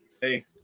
Hey